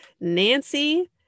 nancy